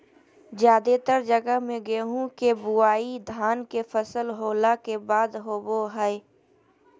जादेतर जगह मे गेहूं के बुआई धान के फसल होला के बाद होवो हय